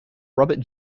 robert